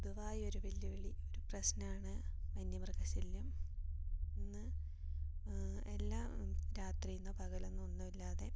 പൊതുവായ ഒരു വെല്ലുവിളി ഒരു പ്രശ്നമാണ് വന്യമൃഗ ശല്യം ഇന്ന് എല്ലാ രാത്രിയെന്നോ പകലെന്നോ ഒന്നുമില്ലാതെ